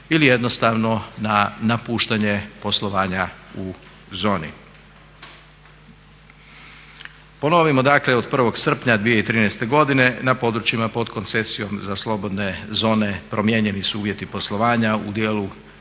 ili jednostavno na napuštanje poslovanja u zoni. Ponovimo dakle od 1. srpnja 2013. godine na područjima pod koncesijom za slobodne zone promijenjeni su uvjeti poslovanja u dijelu,